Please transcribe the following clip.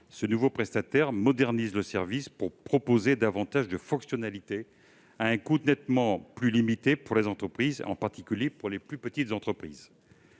ce nouveau prestataire modernise le service pour proposer davantage de fonctionnalités à un coût nettement plus limité pour les entreprises, en particulier les plus petites.